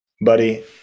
Buddy